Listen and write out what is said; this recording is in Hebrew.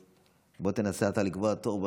בוא אתה תנסה לקבוע תור באפליקציה,